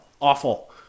Awful